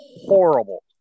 horrible